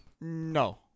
No